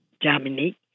Dominique